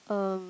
um